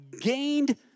gained